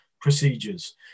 procedures